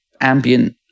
ambient